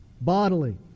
bodily